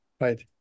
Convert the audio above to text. right